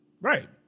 Right